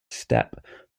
step